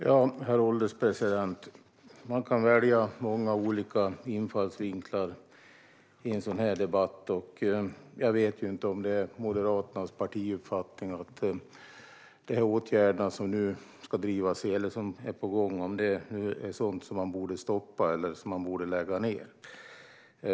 Herr ålderspresident! Man kan välja många olika infallsvinklar i en sådan här debatt. Jag vet inte om det är Moderaternas partiuppfattning att de åtgärder som nu är på gång är sådant som borde stoppas eller läggas ned.